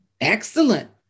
Excellent